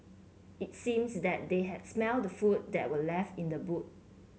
it seems that they had smelt the food that were left in the boot